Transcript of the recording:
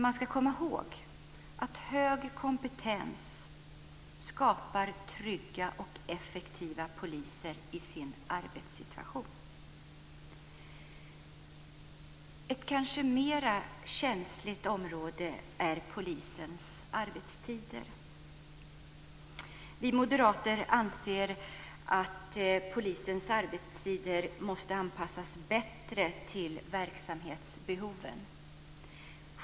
Man ska komma ihåg att hög kompetens skapar en arbetssituation där poliser är trygga och effektiva. Ett kanske mera känsligt område är polisens arbetstider. Vi moderater anser att polisens arbetstider måste anpassas bättre till verksamhetsbehoven.